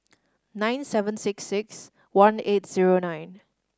nine seven six six one eight zero nine